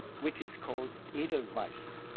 which is called edelweiss